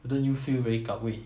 but don't you feel very gao wei